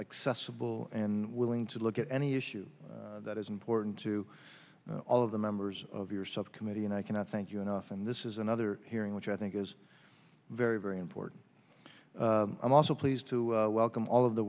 accessible and willing to look at any issue that is important to all of the members of your subcommittee and i cannot thank you enough and this is another hearing which i think is very very important i'm also pleased to welcome all of the